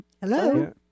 hello